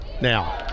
now